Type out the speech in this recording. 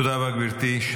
תודה רבה, גברתי.